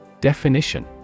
Definition